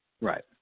Right